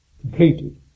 completed